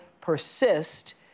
persist